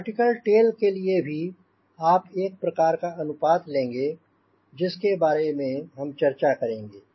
vertical tail के लिए भी आप एक प्रकार का अनुपात लेंगे जिसके बारे में हम चर्चा करेंगे